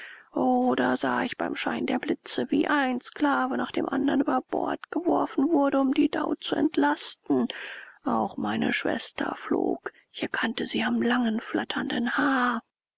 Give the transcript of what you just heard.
da sah ich beim schein der blitze wie ein sklave nach dem andern über bord geworfen wurde um die dhau zu entlasten auch meine schwester flog ich erkannte sie am langen flatternden haar